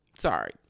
Sorry